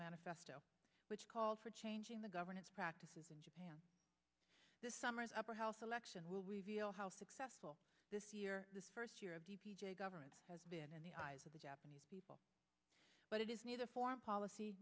manifesto which called for changing the governance practices in japan this summer the upper house election will reveal how successful this year the first year of government has been in the eyes of the japanese people but it is need a foreign policy